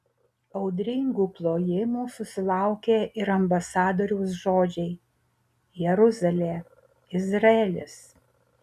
audringų plojimų susilaukė ir ambasadoriaus žodžiai jeruzalė izraelis